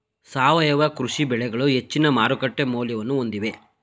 ಸಾವಯವ ಕೃಷಿ ಬೆಳೆಗಳು ಹೆಚ್ಚಿನ ಮಾರುಕಟ್ಟೆ ಮೌಲ್ಯವನ್ನು ಹೊಂದಿವೆ